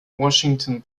washington